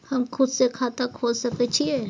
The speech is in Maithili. हम खुद से खाता खोल सके छीयै?